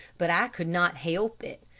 but i could not help it.